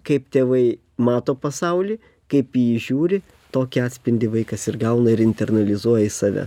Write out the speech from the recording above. kaip tėvai mato pasaulį kaip į jį žiūri tokį atspindį vaikas ir gauna ir internalizuoja į save